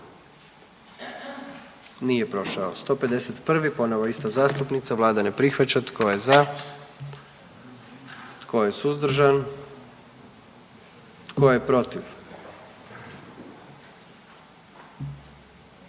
dio zakona. 44. Kluba zastupnika SDP-a, vlada ne prihvaća. Tko je za? Tko je suzdržan? Tko je protiv?